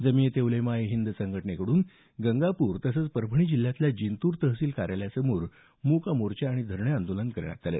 जमीअत ए उलमा ए हिंद संघटनेकडून गंगापूर तसंच परभणी जिल्ह्यातल्या जिंतूर तहसील कार्यालयासमोर मूक मोर्चा तसंच धरणे आंदोलन करण्यात आलं